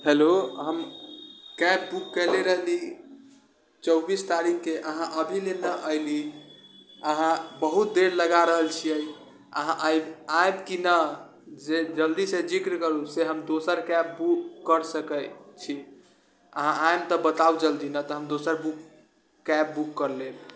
hello हम cab book कएले रहली चौबीस तारिखके अहाँ अभिले नहि अएली अहाँ बहुत देर लगा रहल छिए अहाँ आएब कि नहि जे जल्दीसँ जिक्र करू से हम दोसर कैब बुक करि सकै छी अहाँ आएब तऽ बताउ जल्दी नहि तऽ हम दोसर बुक कैब बुक करि लेब